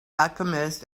alchemist